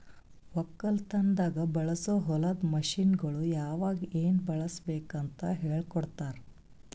ಒಕ್ಕಲತನದಾಗ್ ಬಳಸೋ ಹೊಲದ ಮಷೀನ್ಗೊಳ್ ಯಾವಾಗ್ ಏನ್ ಬಳುಸಬೇಕ್ ಅಂತ್ ಹೇಳ್ಕೋಡ್ತಾರ್